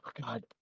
God